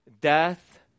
death